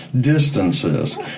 distances